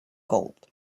gold